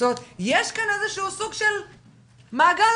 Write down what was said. יש כאן סוג של מעגל